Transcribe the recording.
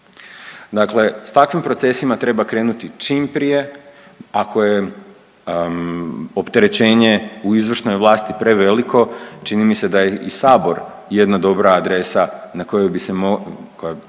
Dakle s takvim procesima treba krenuti čim prije, ako je opterećenje u izvršnoj vlasti preveliko čini mi se da je i sabor jedna dobra adresa na kojoj bi se mo…,